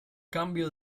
cambio